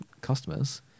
customers